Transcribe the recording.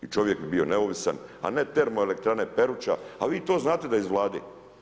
I čovjek bi bio neovisan, a ne termoelektrane Peruče, a vi to znate da je iz Vlade.